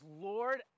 Lord